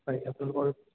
হয় আপোনালোকৰ